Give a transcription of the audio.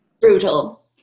brutal